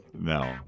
No